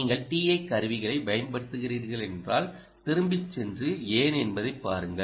நீங்கள் TI கருவிகளைப் பயன்படுத்துகிறீர்கள் என்றால் திரும்பிச் சென்று ஏன் என்பதைப் பாருங்கள்